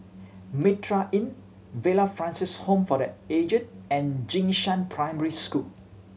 Mitraa Inn Villa Francis Home for The Aged and Jing Shan Primary School